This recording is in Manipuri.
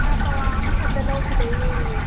ꯄꯥꯋꯥ ꯑꯃ ꯈꯛꯇ ꯂꯧꯈꯤꯗꯣꯏꯅꯦ ꯅꯦꯅꯦ